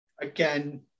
Again